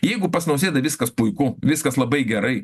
jeigu pas nausėdą viskas puiku viskas labai gerai